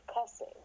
cussing